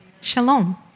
Shalom